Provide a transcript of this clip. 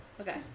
Okay